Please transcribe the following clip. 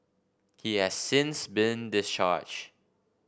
he has since been discharge